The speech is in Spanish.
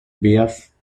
vías